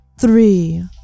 Three